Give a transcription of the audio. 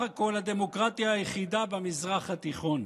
הכול הדמוקרטיה היחידה במזרח התיכון.